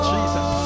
Jesus